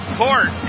court